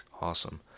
Awesome